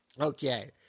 okay